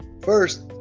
first